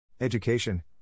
Education